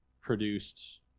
produced